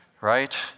Right